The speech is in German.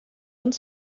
uns